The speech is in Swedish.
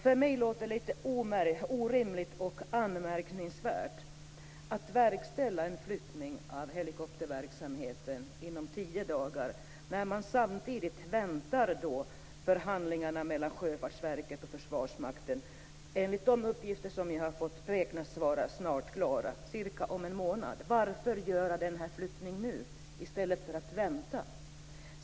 För mig låter det orimligt och anmärkningsvärt att verkställa en flyttning av helikopterverksamheten inom tio dagar, när man samtidigt väntar på förhandlingarna mellan Sjöfartsverket och Försvarsmakten, som enligt de uppgifter jag har fått beräknas vara klara om cirka en månad. Varför göra denna flyttning nu, i stället för att vänta?